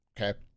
Okay